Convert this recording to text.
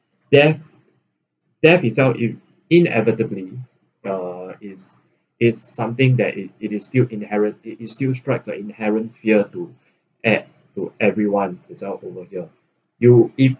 death death itself in inevitably uh is is something that it it is still inherit it is still strikes a inherent fear to add to everyone is out over here you if